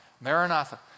Maranatha